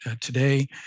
today